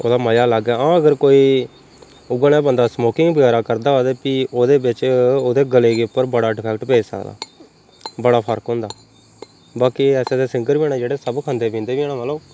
ओह्दा मजा अलग ऐ हां अगर कोई उ'यै नेहा बंदा स्मोकिंग बगैरा करदा होए फ्ही ओह्दे बिच्च ओह्दे गले गी उप्पर बड़ा डफैक्ट पेई सकदा बड़ा फर्क औंदा